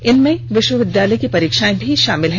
इनमें विश्वविद्यालय की परीक्षाएं भी शामिल हैं